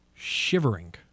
shivering